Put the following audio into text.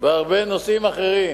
בהרבה נושאים אחרים.